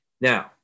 Now